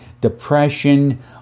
depression